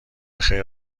خیر